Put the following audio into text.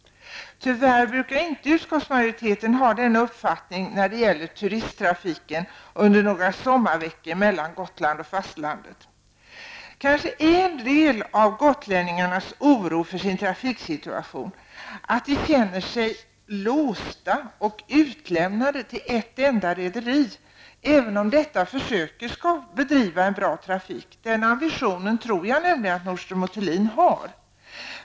Tyvärr har utskottsmajoriteten inte den uppfattningen när det gäller turisttrafiken mellan Gotland och fastlandet under några sommarmånader. Kanske beror en del av gotlänningarnas oro för sin trafiksituation på att de känner sig låsta och utlämnade till ett enda rederi, även om detta försöker bedriva en bra trafik. Den ambitionen tror jag nämligen att Nordström & Thulin har.